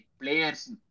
players